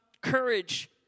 courage